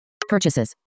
Purchases